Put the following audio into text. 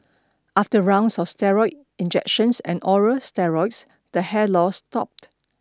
after rounds of steroid injections and oral steroids the hair loss stopped